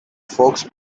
fox